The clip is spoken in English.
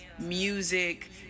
music